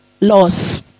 loss